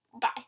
Bye